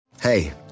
Hey